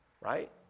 right